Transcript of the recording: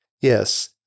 Yes